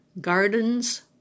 gardens